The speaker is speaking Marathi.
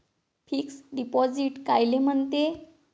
फिक्स डिपॉझिट कायले म्हनते?